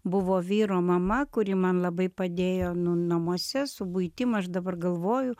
buvo vyro mama kuri man labai padėjo nu namuose su buitim aš dabar galvoju